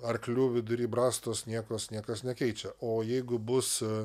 arklių vidury brastos niekas niekas nekeičia o jeigu bus